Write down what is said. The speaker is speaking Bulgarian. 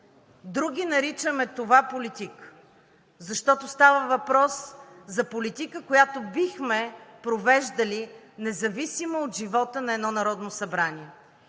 други наричаме това политика, защото става въпрос за политика, която бихме провеждали, независимо от живота на едно Народно събрание